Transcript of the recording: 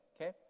okay